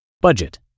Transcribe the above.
Budget